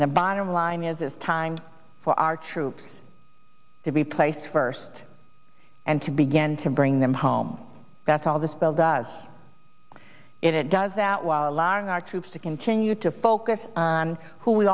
and the bottom line is it's time for our troops to be place first and to begin to bring them home that's all this bill does is it does that while allowing our troops to continue to focus on who we